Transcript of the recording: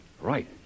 Right